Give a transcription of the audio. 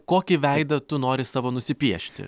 kokį veidą tu nori savo nusipiešti